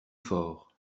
fort